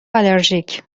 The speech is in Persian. آلرژیک